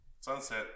sunset